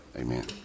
amen